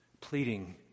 pleading